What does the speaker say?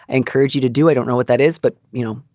encourage you to do. i don't know what that is, but, you know,